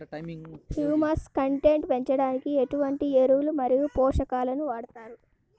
Humus content పెంచడానికి ఎటువంటి ఎరువులు మరియు పోషకాలను వాడతారు?